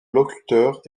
locuteurs